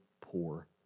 poor